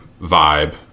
vibe